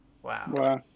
wow